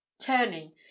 Turning